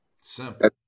Simple